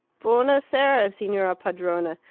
buona sera, signora padrona.